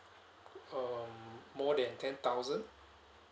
um more than ten thousand